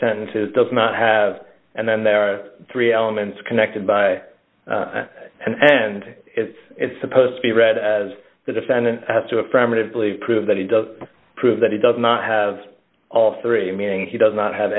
senses does not have and then there are three elements connected by an end it's supposed to be read as the defendant has to affirmatively prove that he does prove that he does not have all three meaning he does not have